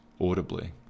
audibly